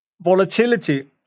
volatility